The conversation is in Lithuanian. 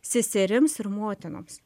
seserims ir motinoms